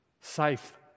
Safe